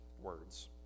words